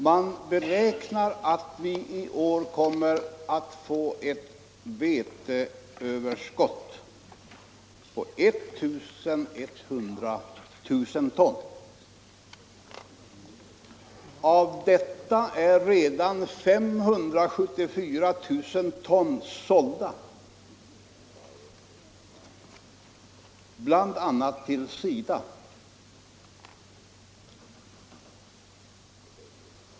Man beräknar att vi i år kommer att få ett veteöverskott på I 100 000 ton. Av detta överskott är redan 574 000 ton sålda, bl.a. till SIDA.